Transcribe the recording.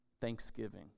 thanksgiving